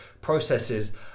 Processes